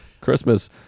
christmas